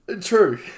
True